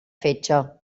fetge